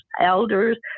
elders